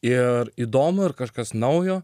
ir įdomu ar kažkas naujo